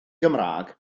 gymraeg